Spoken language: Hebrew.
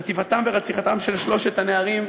חטיפתם ורציחתם של שלושת הנערים,